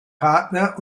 partner